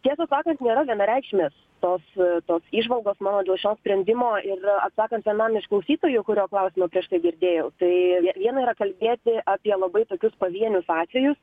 tiesą sakant nėra vienareikšmės tos tos įžvalgos mano dėl šio sprendimo ir atsakant vienam iš klausytojų kurio klausimą prieš tai girdėjau tai vie viena yra kalbėti apie labai tokius pavienius atvejus